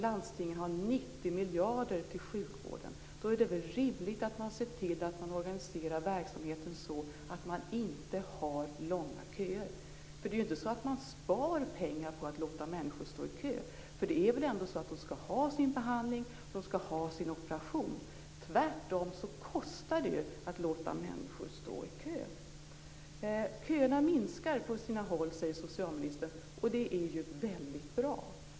Landstingen har 90 miljarder kronor till sjukvården. Då är det väl rimligt att se till att organisera verksamheten så att det inte finns långa köer. Det är inte så att man spar pengar på att låta människor stå i kö. De skall ha sina behandlingar, och de skall ha sina operationer. Tvärtom. Det kostar att låta människor stå i kö. Socialministern säger att köerna minskar på sina håll. Det är bra.